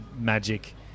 magic